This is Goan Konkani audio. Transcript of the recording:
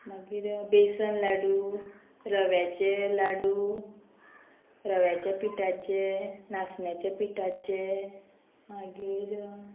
मागीर बेसन लाडू रव्याचे लाडू रव्याचे पिठाचे नाचण्याच्या पिठाचे मागीर